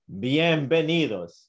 Bienvenidos